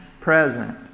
present